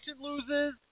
loses